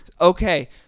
Okay